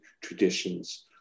traditions